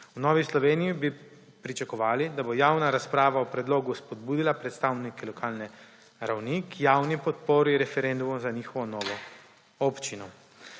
V Novi Sloveniji bi pričakovali, da bo javna razprava o predlogu spodbudila predstavnike lokalne ravni k javni podpori referenduma za njihovo novo občino.